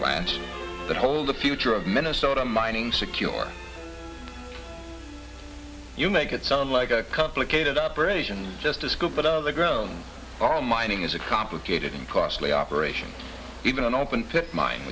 plants that hold the future of minnesota mining secure you make it sound like a complicated operations just as good but on the ground all mining is a complicated and costly operation even an open pit min